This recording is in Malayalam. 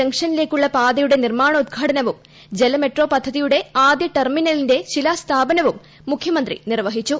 ജംഗ്ഷ്നിലേക്കുള്ള പാതയുടെ നിർമ്മാണോദ്ഘാടനവും ജലമെട്രോ പ്പിദ്ധ്തീയുടെ ആദ്യ ടെർമിനലിന്റെ ശിലാസ്ഥാപനവും മുഖ്യമന്ത്രി നിർപ്പൂഹിച്ചു